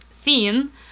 thin